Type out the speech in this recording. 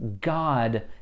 God